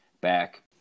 back